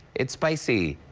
it's spicy,